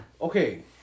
Okay